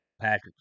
Patrick